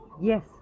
Yes